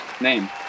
name